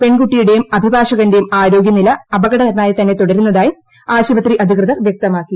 പെൺകുട്ടിയുടെയും അഭിഭാഷകന്റെയും ആരോഗ്യ നില അപകടകരമായി തന്നെ തുടരുന്നതായി ആശുപത്രി അധികൃതർ വ്യക്തമാക്കി